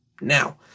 Now